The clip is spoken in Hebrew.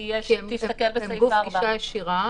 כי הם גוף גישה ישירה,